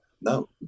no